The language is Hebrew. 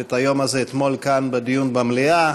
את היום הזה אתמול, כאן בדיון במליאה.